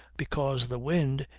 because the wind,